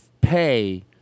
pay